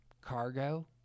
cargo